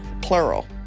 plural